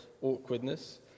awkwardness